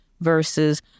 versus